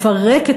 אבל מפרקת,